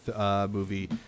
movie